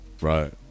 Right